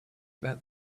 about